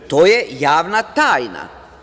To je javna tajna.